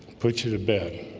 put you to bed